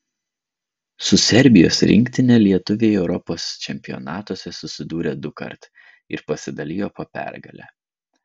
su serbijos rinktine lietuviai europos čempionatuose susidūrė dukart ir pasidalijo po pergalę